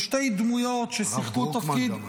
כשתי דמויות ששיחקו תפקיד --- הרב דרוקמן גם היה.